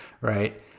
right